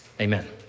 Amen